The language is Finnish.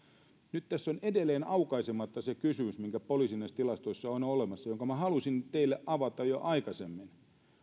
nyt tässä on edelleen aukaisematta se kysymys joka näissä poliisin tilastoissa on olemassa ja jonka minä halusin teille avata jo aikaisemmin